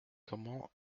comment